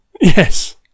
Yes